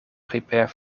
prepare